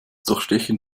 durchstechen